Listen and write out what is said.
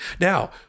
Now